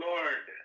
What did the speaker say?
Lord